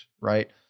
right